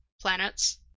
planets